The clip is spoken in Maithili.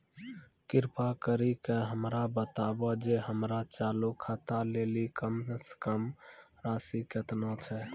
कृपा करि के हमरा बताबो जे हमरो चालू खाता लेली कम से कम राशि केतना छै?